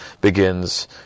begins